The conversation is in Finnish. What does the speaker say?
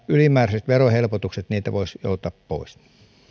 ylimääräiset verohelpotukset voisivat joutaa pois